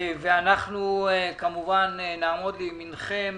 אנחנו נעמוד לימינכם